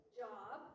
job